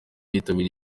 yitabiriye